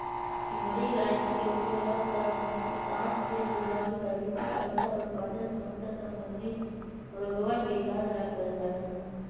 हरी इलायची के उपयोग रक्तचाप, सांस के दुर्गंध, कैविटी, अल्सर और पाचन समस्या संबंधी रोगवन के इलाज ला कइल जा हई